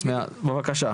בבקשה.